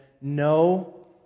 no